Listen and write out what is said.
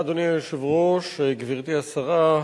אדוני היושב-ראש, גברתי השרה,